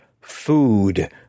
food